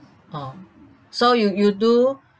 oh so you you do